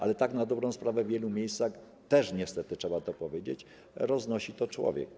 Ale tak na dobrą sprawę w wielu miejscach, też niestety trzeba to powiedzieć, roznosi to człowiek.